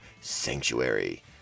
Sanctuary